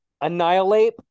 Annihilate